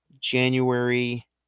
January